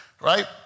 right